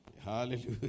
Hallelujah